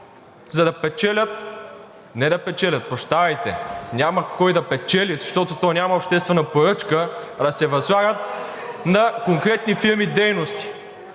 на ЗОП, за не да печелят – няма кой да печели, защото то няма обществена поръчка, а се възлагат на конкретни фирми дейности.